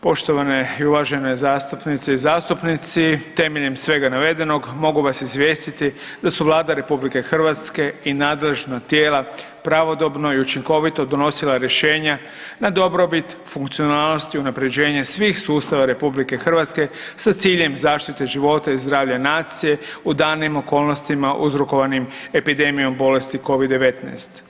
Poštovane i uvažene zastupnice i zastupnici temeljem svega navedenog mogu vas izvijestiti da su Vlada Republike Hrvatske i nadležna tijela pravodobno i učinkovito donosila rješenja na dobrobit funkcionalnosti, unapređenje svih sustava Republike Hrvatske sa ciljem zaštite života i zdravlja nacije u danim okolnostima uzrokovanim epidemijom bolesti COVID-19.